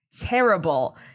terrible